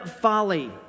folly